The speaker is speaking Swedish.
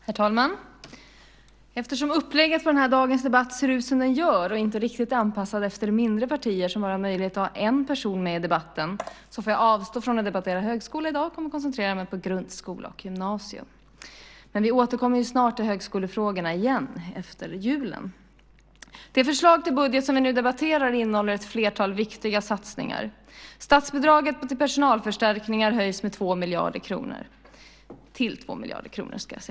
Herr talman! Eftersom upplägget för dagens debatt ser ut som det gör och inte riktigt är anpassat efter mindre partier, som bara har möjlighet att ha en person med i debatten, får jag avstå från att debattera högskolan i dag. Jag kommer att koncentrera mig på grundskola och gymnasium. Men vi återkommer ju snart till högskolefrågorna igen, efter julen. Det förslag till budget som vi nu debatterar innehåller ett flertal viktiga satsningar. Statsbidraget till personalförstärkningar höjs till 2 miljarder kronor.